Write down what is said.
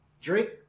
Drake